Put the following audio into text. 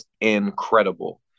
incredible